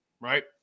right